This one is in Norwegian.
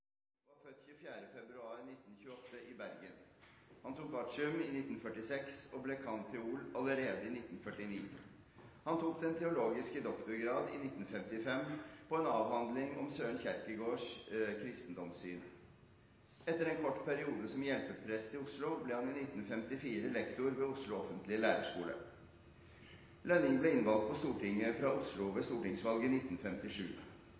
var født 24. februar 1928 i Bergen. Han tok artium i 1946 og ble cand.theol. allerede i 1949. Han tok den teologiske doktorgrad i 1955 på en avhandling om Søren Kierkegaards kristendomssyn. Etter en kort periode som hjelpeprest i Oslo, ble han i 1954 lektor ved Oslo offentlige lærarskule. Lønning ble innvalgt på Stortinget fra Oslo ved stortingsvalget i 1957.